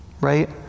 Right